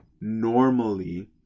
normally